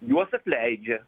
juos atleidžia